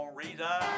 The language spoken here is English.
reason